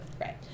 Right